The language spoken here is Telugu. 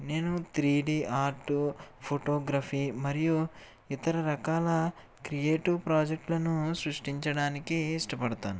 నేను త్రీ డి ఆర్టు ఫోటోగ్రఫీ మరియు ఇతర రకాల క్రియేటివ్ ప్రాజెక్టులను సృష్టించడానికి ఇష్టపడతాను